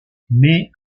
mais